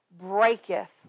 breaketh